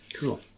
Cool